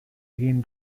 egin